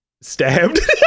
Stabbed